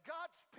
God's